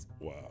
Wow